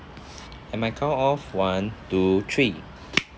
at my count of one two three